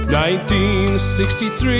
1963